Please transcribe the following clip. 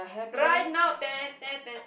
right now